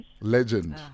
Legend